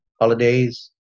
holidays